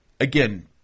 again